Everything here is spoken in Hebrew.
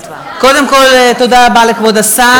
קודם כול, תודה רבה לכבוד השר.